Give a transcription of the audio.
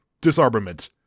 disarmament